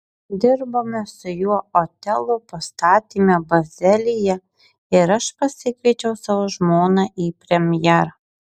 dirbome su juo otelo pastatyme bazelyje ir aš pasikviečiau savo žmoną į premjerą